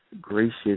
gracious